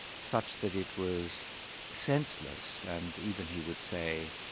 such that it was senseless and even he would say,